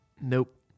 nope